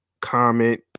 comment